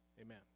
Amen